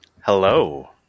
Hello